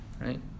right